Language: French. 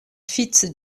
fitz